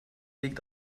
liegt